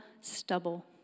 stubble